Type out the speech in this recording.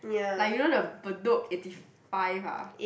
like you know the Bedok eighty five ah